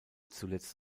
zuletzt